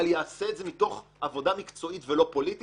אבל יעשה את זה מתוך עבודה מקצועית ולא פוליטית